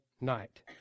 night